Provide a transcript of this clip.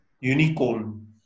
unicorn